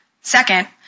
Second